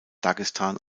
dagestan